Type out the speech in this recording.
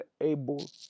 able